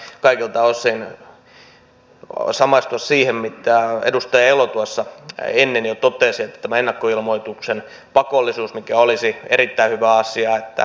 tässä voin kyllä kaikilta osin samastua siihen mitä edustaja elo tuossa ennen jo totesi tästä ennakkoilmoituksen pakollisuudesta mikä olisi erittäin hyvä asia